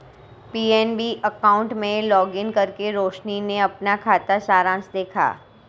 PNB account में login करके रोशनी ने अपना खाता सारांश देखा